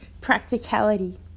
practicality